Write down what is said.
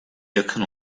yakın